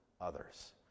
others